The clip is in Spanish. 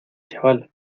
chaval